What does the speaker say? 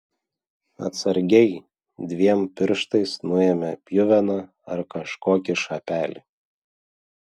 atsargiai dviem pirštais nuėmė pjuveną ar kažkokį šapelį